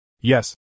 Yes